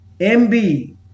MB